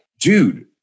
dude